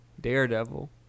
Daredevil